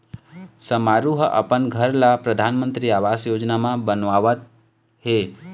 समारू ह अपन घर ल परधानमंतरी आवास योजना म बनवावत हे